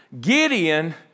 Gideon